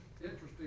interesting